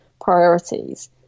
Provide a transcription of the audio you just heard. priorities